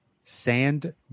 Sand